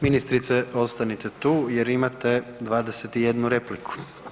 Ministrice, ostanite tu jer imate 21 repliku.